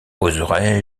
oserai